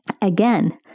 again